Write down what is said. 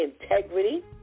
integrity